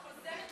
צודקת.